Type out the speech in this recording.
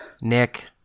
Nick